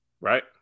Right